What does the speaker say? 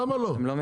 למה לא?